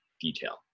detail